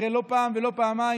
אחרי לא פעם ולא פעמיים,